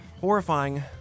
horrifying